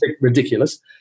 ridiculous